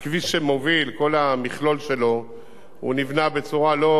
כל המכלול שלו נבנה בצורה לא סבירה,